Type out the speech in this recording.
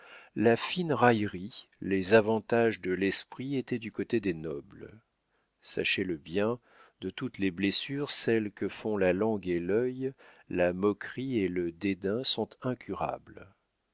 la fine raillerie les avantages de l'esprit étaient du côté des nobles sachez-le bien de toutes les blessures celles que font la langue et l'œil la moquerie et le dédain sont incurables